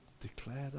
declared